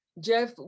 Jeff